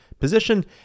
position